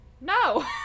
No